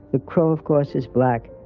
the crow, of course, is black.